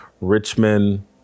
Richmond